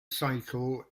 cycle